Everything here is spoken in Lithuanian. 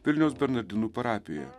vilniaus bernardinų parapijoje